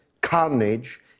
carnage